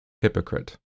hypocrite